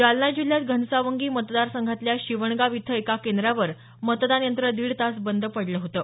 जालना जिल्ह्यात घनसावंगी मतदार संघातल्या शिवणगाव इथं एका केंद्रावर मतदान यंत्र दीड तास बंद पडलं होतं